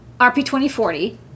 RP2040